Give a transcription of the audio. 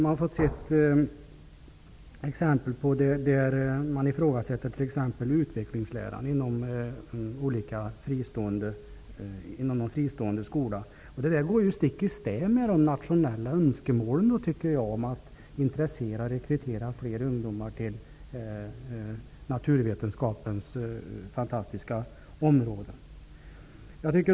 I massmedierna har man t.ex. tagit upp det faktum att man inom en fristående skola ifrågasätter utvecklingsläran, något som jag menar går stick i stäv med de nationella önskemålen att intressera och rekrytera fler ungdomar till naturvetenskapens fantastiska område.